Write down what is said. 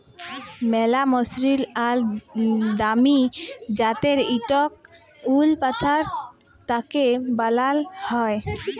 ম্যালা মসরিল আর দামি জ্যাত্যের ইকট উল পশমিলা থ্যাকে বালাল হ্যয়